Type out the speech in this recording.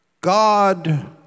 God